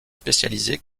spécialisé